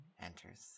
enters